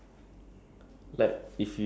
pizza pizza has like